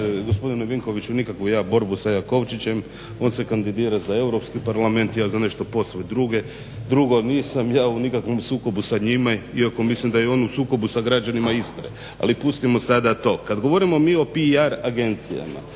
gospodine Vinkoviću nikakvu ja borbu sa Jakovčićem, on se kandidira za Europski parlament ja za nešto posve drugo. Nisam ja u nikakvom sukobu sa njime iako mislim da je on u sukobu sa građanima Istre, ali pustimo sada to. Kad govorimo mi o PR agencijama